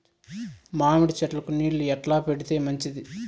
మామిడి చెట్లకు నీళ్లు ఎట్లా పెడితే మంచిది?